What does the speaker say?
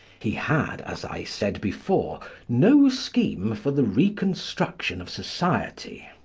he had, as i said before, no scheme for the reconstruction of society.